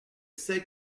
c’est